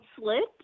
slit